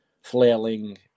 flailing